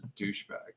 douchebag